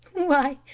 why,